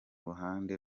ruhande